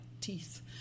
teeth